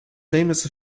famous